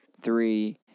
three